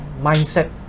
mindset